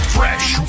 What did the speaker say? Fresh